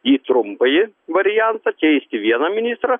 į trumpąjį variantą keisti vieną ministrą